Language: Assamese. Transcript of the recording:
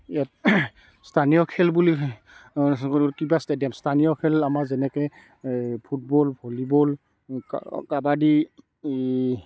ইয়াত স্থানীয় খেল বুলি কিবা ষ্টেডিয়াম স্থানীয় খেল আমাৰ যেনেকৈ এই ফুটবল ভলীবল কা কাবাডী